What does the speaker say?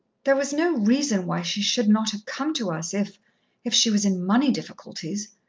there was no reason why she should not have come to us if if she was in money difficulties,